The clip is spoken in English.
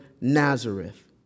Nazareth